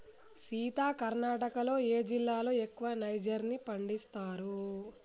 సీత కర్ణాటకలో ఏ జిల్లాలో ఎక్కువగా నైజర్ ని పండిస్తారు